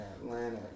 Atlanta